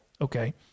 okay